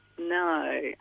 No